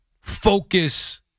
focus